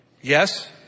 Yes